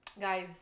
Guys